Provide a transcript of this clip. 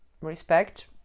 respect